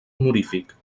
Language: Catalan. honorífic